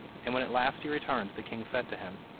and when at last he returned the king said to him,